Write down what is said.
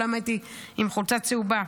כל היום הייתי עם חולצה צהובה.